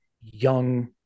young